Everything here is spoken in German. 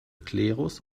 klerus